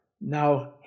now